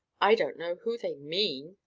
i don't know who they mean,